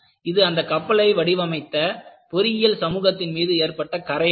இது அந்தக் கப்பலை வடிவமைத்த பொறியியல் சமூகத்தின் மீது ஏற்பட்ட கறை ஆகும்